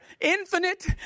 infinite